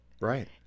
Right